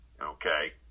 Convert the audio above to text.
okay